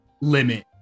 limit